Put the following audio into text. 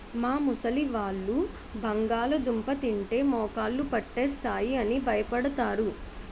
మా ముసలివాళ్ళు బంగాళదుంప తింటే మోకాళ్ళు పట్టేస్తాయి అని భయపడతారు